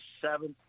seventh